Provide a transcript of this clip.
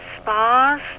spas